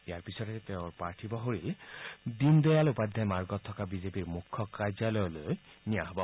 ইয়াৰ পিছতে তেওঁৰ পাৰ্থিব শৰীৰ দীনদয়াল উপাধ্যায় মাৰ্গত থকা বিজেপিৰ মুখ্য কাৰ্যালয়লৈ নিয়া হ'ব